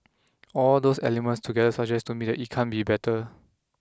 all those elements together suggest to me that it can't be better